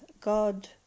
God